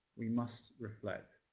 we must reflect,